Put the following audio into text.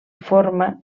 forma